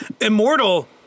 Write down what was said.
Immortal